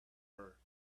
her